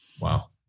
Wow